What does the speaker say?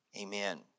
Amen